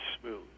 smooth